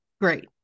great